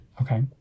Okay